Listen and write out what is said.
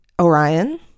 Orion